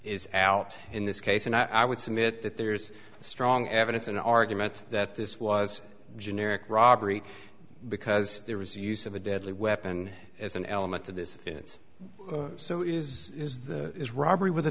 is out in this case and i would submit that there's strong evidence in argument that this was generic robbery because there was use of a deadly weapon as an element of this is so is is the is robbery with a